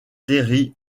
terry